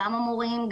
גם המורים,